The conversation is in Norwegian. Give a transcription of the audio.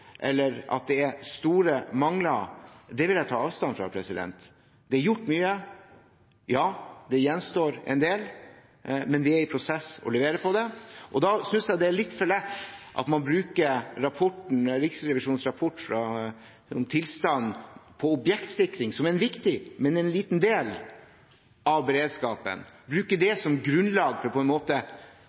eller at det er store mangler, vil jeg ta avstand fra. Det er gjort mye, ja det gjenstår en del, men vi er i prosess for å levere på det. Da synes jeg det er litt for lett å bruke Riksrevisjonens rapport om tilstanden på objektsikring, som er en viktig, men liten del av beredskapen, som grunnlag for på en måte